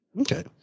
Okay